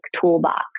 toolbox